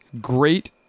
great